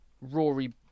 Rory